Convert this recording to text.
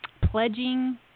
pledging